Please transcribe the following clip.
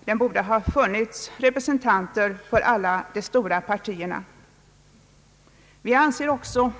att det borde ha funnits representanter för alla de stora partierna i kommittén.